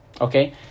okay